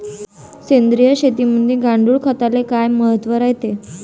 सेंद्रिय शेतीमंदी गांडूळखताले काय महत्त्व रायते?